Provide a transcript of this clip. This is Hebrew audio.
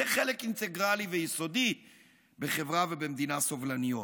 זה חלק אינטגרלי ויסודי בחברה ובמדינה סובלניות.